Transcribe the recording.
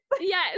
Yes